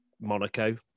Monaco